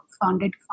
founded